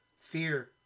fear